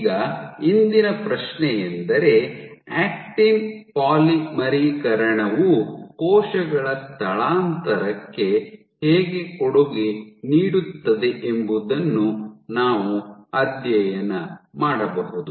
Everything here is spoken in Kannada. ಈಗ ಇಂದಿನ ಪ್ರಶ್ನೆಯೆಂದರೆ ಆಕ್ಟಿನ್ ಪಾಲಿಮರೀಕರಣವು ಕೋಶಗಳ ಸ್ಥಳಾಂತರಕ್ಕೆ ಹೇಗೆ ಕೊಡುಗೆ ನೀಡುತ್ತದೆ ಎಂಬುದನ್ನು ನಾವು ಅಧ್ಯಯನ ಮಾಡಬಹುದು